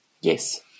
Yes